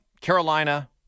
Carolina